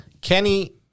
Kenny